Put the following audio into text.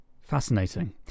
Fascinating